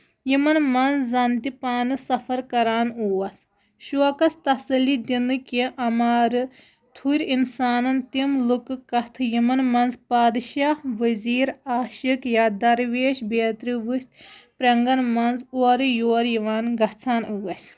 یِمن منٛز زَن تہِ پانہٕ سفر کران اوس شوقس تَصلی دِنہٕ کہِ اَمارٕ تھُرۍ اِنسانن تِم لُکہٕ کَتھٕ یِمن منٛز پادٕشاہ ؤزیٖر آشِق یا درویش بیترِ ؤژھۍ پرینٛگن منٛز اورٕ یور یِوان گژھان ٲسۍ